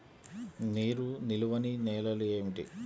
నీరు నిలువని నేలలు ఏమిటి?